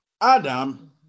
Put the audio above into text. Adam